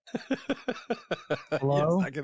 Hello